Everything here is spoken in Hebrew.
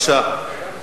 אני